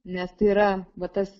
nes tai yra vat tas